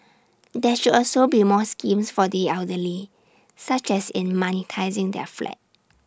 there should also be more schemes for the elderly such as in monetising their flat